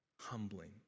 humbling